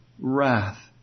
wrath